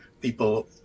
people